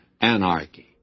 anarchy